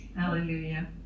Hallelujah